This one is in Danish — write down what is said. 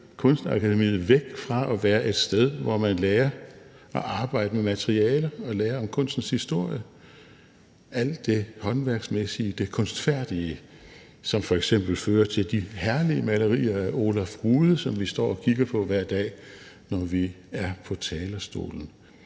Kunstakademiet væk fra at være et sted, hvor man lærer at arbejde med materialer og lærer om kunstens historie, alt det håndværksmæssige, det kunstfærdige, som f.eks. fører til de herlige malerier af Olaf Rude, som vi står og kigger på hver dag, når vi er på talerstolen,